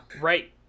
right